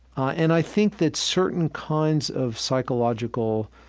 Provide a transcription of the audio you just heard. and i think that certain kinds of psychological